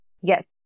Yes